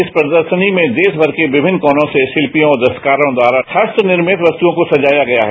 इस प्रदर्शनी में देशमर के विभिन्न कोनों से शिल्पियों और दस्तकारों द्वारा हस्त निर्मित वस्तुओं को सजाया गया है